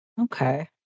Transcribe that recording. Okay